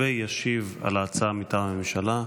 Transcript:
ישיב על ההצעה, מטעם הממשלה,